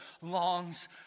longs